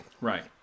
Right